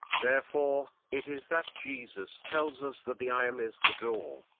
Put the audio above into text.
therefore, it is that jesus tells us that the i am is the door.